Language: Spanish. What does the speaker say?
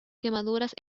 quemaduras